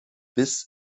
bis